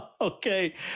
okay